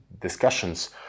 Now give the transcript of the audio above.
discussions